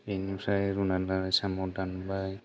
बिनिफ्राय रुनानै लाना साम' दानबाय